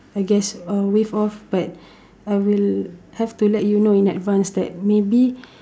I guess uh waive off but I will have to let you know in advance that maybe